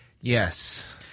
Yes